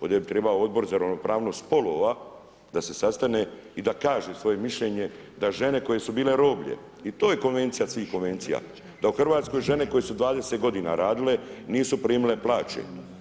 Ovdje bi trebao Odbor za ravnopravnost spolova da se sastane i da kaže svoje mišljenje, da žene koje su bile roblje to je Konvencija svih konvencija, da u Hrvatskoj žene koje su 20 godina radile nisu primile plaće.